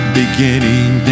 beginning